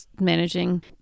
managing